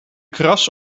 kras